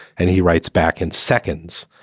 and he writes back in seconds,